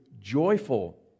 joyful